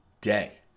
day